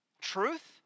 truth